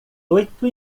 oito